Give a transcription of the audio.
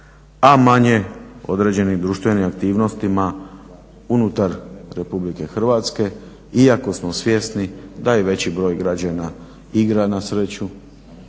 a manje određenim društvenim aktivnostima unutar Republike Hrvatske iako smo svjesni da i veći broj građana igra na sreću